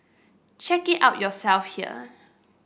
check it out yourself here